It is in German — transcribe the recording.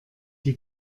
die